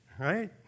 right